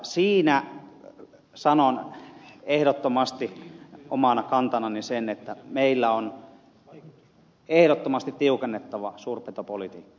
siinä sanon ehdottomasti omana kantanani sen että meillä on ehdottomasti tiukennettava suurpetopolitiikkaa